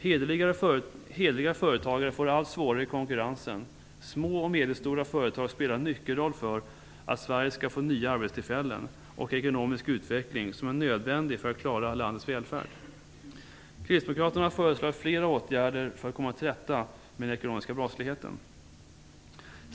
Hederliga företagare får det allt svårare i konkurrensen. Små och medelstora företag spelar en nyckelroll för att Sverige skall få nya arbetstillfällen och en ekonomisk utveckling som är nödvändig för att vi skall klara landets välfärd. Kristdemokraterna har förslagit flera åtgärder för att komma till rätta med den ekonomiska brottsligheten.